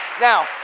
Now